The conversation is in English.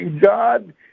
God